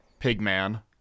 Pigman